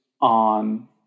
on